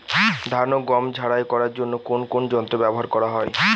ধান ও গম ঝারাই করার জন্য কোন কোন যন্ত্র ব্যাবহার করা হয়?